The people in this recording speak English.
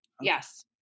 Yes